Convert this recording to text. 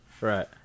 Right